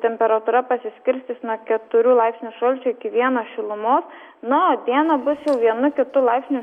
temperatūra pasiskirstys nuo keturių laipsnių sausio vieno šilumos nors dieną bus jau vienu kitu laipsniu